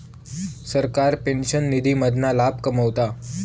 सरकार पेंशन निधी मधना लाभ कमवता